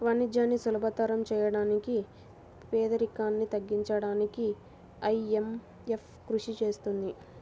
వాణిజ్యాన్ని సులభతరం చేయడానికి పేదరికాన్ని తగ్గించడానికీ ఐఎంఎఫ్ కృషి చేస్తుంది